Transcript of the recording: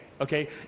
okay